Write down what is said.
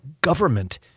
government